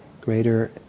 greater